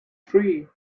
three